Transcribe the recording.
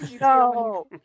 no